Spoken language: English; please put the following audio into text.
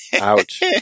Ouch